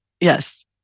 Yes